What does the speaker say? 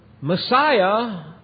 Messiah